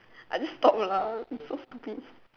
I just talk lah it's so stupid